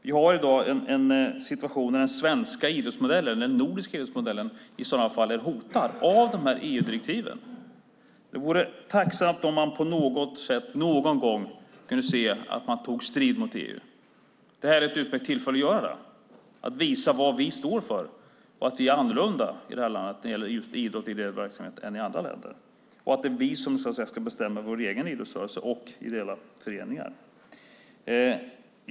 Vi har i dag en situation där den svenska idrottsmodellen eller den nordiska idrottsmodellen i sådana fall är hotad av de här EU-direktiven. Det vore tacksamt om vi på något sätt, någon gång, kunde få se att man tog strid mot EU. Det här är ett utmärkt tillfälle att göra det, att visa vad vi står för, att vi är annorlunda i det här landet när det gäller idrott och ideell verksamhet än man är i andra länder och att det är vi som ska bestämma över vår egen idrottsrörelse och våra ideella föreningar.